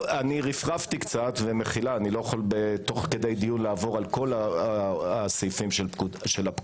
רפרפתי קצת ואני לא יכול תוך כדי דיון לעבור על כל סעיפי הפקודה,